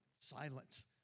Silence